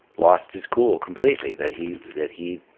lost his cool completely, that he that he